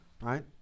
Right